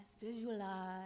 visualize